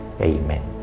Amen